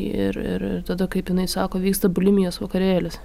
ir ir tada kaip jinai sako vyksta bulimijos vakarėlis